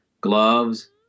gloves